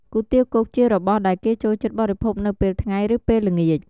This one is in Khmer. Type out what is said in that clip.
គុយទាវគោកជារបស់ដែលគេចូលចិត្តបរិភោគនៅពេលថ្ងៃ ឬពេលល្ងាច។